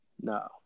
No